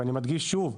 ואני מדגיש שוב,